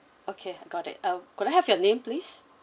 okay got it uh could I have your name please